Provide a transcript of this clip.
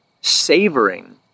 savoring